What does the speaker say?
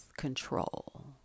Control